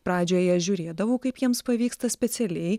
pradžioje žiūrėdavau kaip jiems pavyksta specialiai